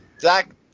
Zach